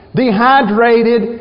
dehydrated